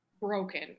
broken